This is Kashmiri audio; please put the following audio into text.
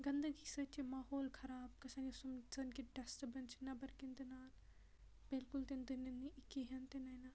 گَندگی سۭتۍ چھُ ماحول خراب گَژھان یُس یِم زَن ڈَسٹہٕ بِن چھِ نیبٕرٕ کِنۍ دٕنان بلکُل تِنہٕ دٕنٕنۍ کِہیٖنۍ تِنینہٕ